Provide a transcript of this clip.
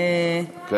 יש הצבעה.